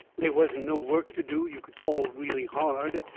they wasn't no work to do you could call really hard,